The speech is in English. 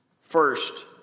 First